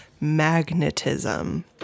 magnetism